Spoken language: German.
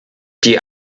die